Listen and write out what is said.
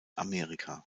amerika